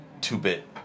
two-bit